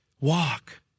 walk